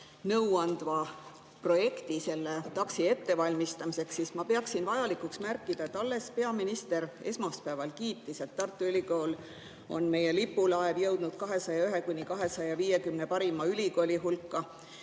nõuandva projekti selle TAKS‑i ettevalmistamiseks, siis ma peaksin vajalikuks märkida, et alles peaminister esmaspäeval kiitis, et Tartu Ülikool on meie lipulaev, jõudnud 201–250 parima ülikooli hulka.